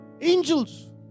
angels